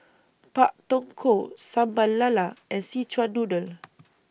Pak Thong Ko Sambal Lala and Szechuan Noodle